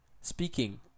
speaking